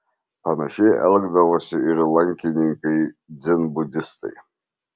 panašiai elgdavosi ir lankininkai dzenbudistai